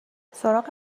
سراغ